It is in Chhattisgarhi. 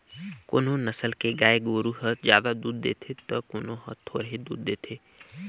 कोनो नसल के गाय गोरु हर जादा दूद देथे त कोनो हर थोरहें दूद देथे